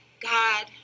God